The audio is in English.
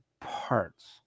parts